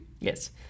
Yes